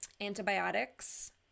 antibiotics